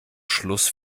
schluss